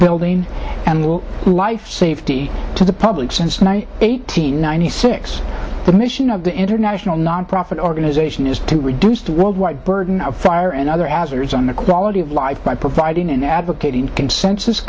building and little life safety to the public since eighteen ninety six the mission of the international nonprofit organization is to reduce the worldwide burden of fire and other as it is on the quality of life by providing an advocating consensus